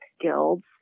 guilds